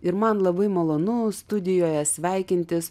ir man labai malonu studijoje sveikintis